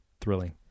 thrilling